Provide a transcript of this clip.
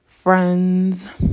friends